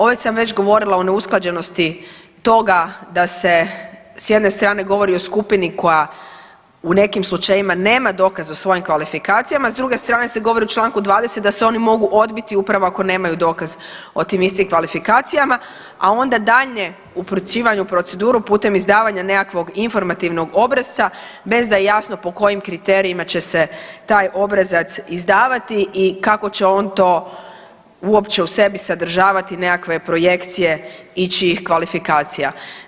Ovdje sam već govorila o neusklađenosti toga da se s jedne strane govori o skupini koja u nekim slučajevima nema dokaz o svojim kvalifikacijama, s druge strane se govori u članku 20. da se oni mogu odbiti upravo ako nemaju dokaz o tim istim kvalifikacijama, a onda daljnje upućivanje u proceduru putem izdavanja nekakvog informativnog obrasca bez da je jasno po kojim kriterijima će se taj obrazac izdavati i kako će on to uopće u sebi sadržavati nekakve projekcije ičijih kvalifikacija.